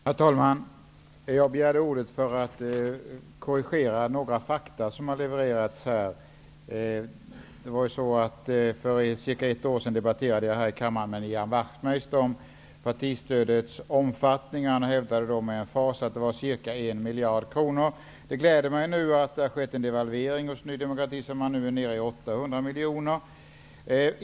Herr talman! Jag begärde ordet för att korrigera några fakta som har levererats här. För cirka ett år sedan debatterade jag här i kammaren med Ian Wachtmeister om partistödets omfattning. Han hävdade då med emfas att det uppgick till ca 1 miljard kronor. Det gläder mig att det tycks ha skett en devalvering hos Ny demokrati. Nu är man nere på 800 miljoner.